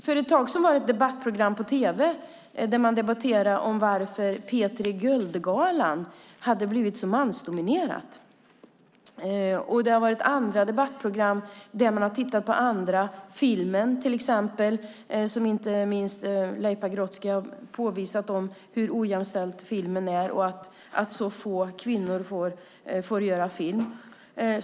För ett tag sedan var det ett debattprogram på tv, där man debatterade varför P3 Guldgalan hade blivit så mansdominerad. Det har varit andra debattprogram där man har tittat på filmen till exempel. Inte minst Leif Pagrotsky har påvisat hur ojämställd filmen är och att så få kvinnor får göra film.